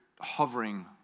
hovering